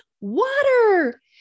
water